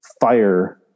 fire